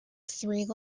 three